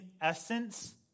essence